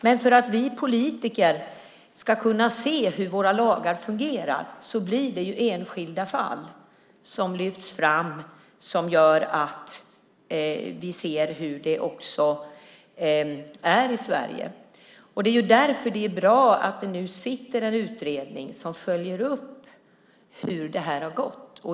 Men för att vi politiker ska kunna se hur våra lagar fungerar lyfts det fram enskilda fall, och det gör att vi ser hur det är i Sverige. Det är därför det är bra att det nu sitter en utredning som följer upp hur det har gått.